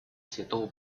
святого